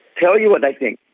tell you what they think.